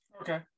Okay